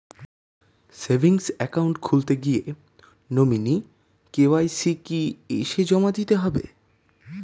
Savings account খুলতে গিয়ে nominee KYC কি এসে জমা দিতে হবে?